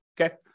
Okay